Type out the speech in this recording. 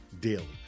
daily